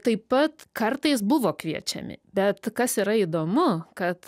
taip pat kartais buvo kviečiami bet kas yra įdomu kad